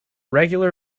regular